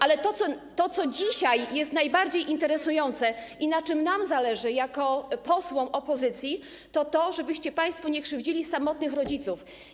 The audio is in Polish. Ale to, co dzisiaj jest najbardziej interesujące i na czym nam zależy jako posłom opozycji, to żebyście państwo nie krzywdzili samotnych rodziców.